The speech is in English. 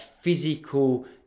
physical